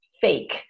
fake